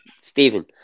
Stephen